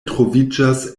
troviĝas